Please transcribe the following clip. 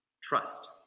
trust